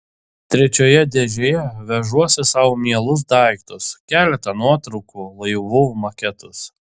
trečioje dėžėje vežuosi sau mielus daiktus keletą nuotraukų laivų maketus